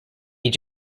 age